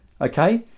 okay